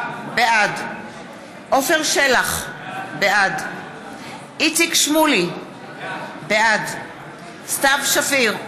בעד עפר שלח, בעד איציק שמולי, בעד סתיו שפיר,